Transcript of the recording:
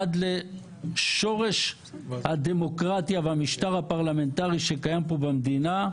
לשורש הדמוקרטיה והמשטר הפרלמנטרי שקיים פה במדינה,